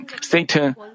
Satan